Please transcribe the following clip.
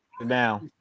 Now